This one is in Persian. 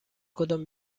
کدام